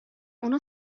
اونا